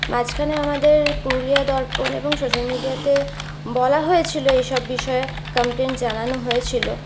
মাঝখানে আমাদের পুরুলিয়া দর্পণ এবং সোশ্যাল মিডিয়াতে বলা হয়েছিল এইসব বিষয়ে কমপ্লেন জানানো হয়েছিল